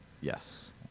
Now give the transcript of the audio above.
yes